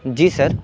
جی سر